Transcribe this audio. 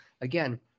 again